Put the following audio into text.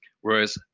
Whereas